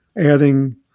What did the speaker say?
adding